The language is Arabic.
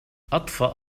أطفأ